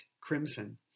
crimson